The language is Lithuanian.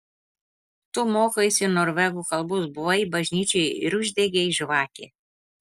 tu mokaisi norvegų kalbos buvai bažnyčioje ir uždegei žvakę